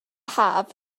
haf